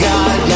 God